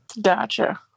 Gotcha